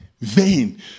vain